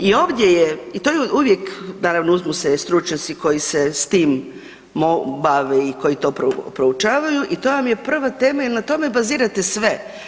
I ovdje je i to je uvijek, naravno uzmu se stručnjaci koji se s tim bave i koji to proučavaju i to vam je prva tema jer na tome bazirate sve.